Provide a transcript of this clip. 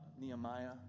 nehemiah